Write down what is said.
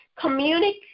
Communicate